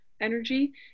energy